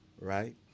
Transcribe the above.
right